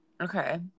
okay